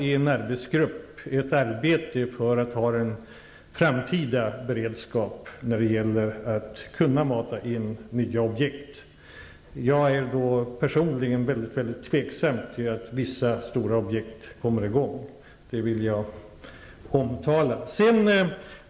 I en arbetsgrupp pågår ett arbete med en framtida beredskap för att kunna mata in nya objekt. Jag är personligen mycket tveksam till att vissa stora objekt kommer i gång. Det vill jag omtala.